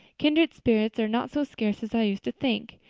kindred spirits are not so scarce as i used to think.